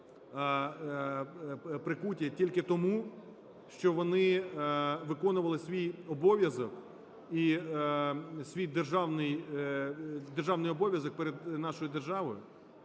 прикуті тільки тому, що вони виконували свій обов'язок і свій державний обов'язок перед нашою державою.